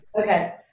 Okay